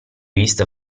vista